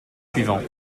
suivants